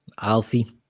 alfie